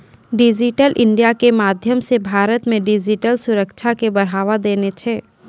digital India के माध्यम से भारत मे डिजिटल साक्षरता के बढ़ावा देना छै